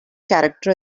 character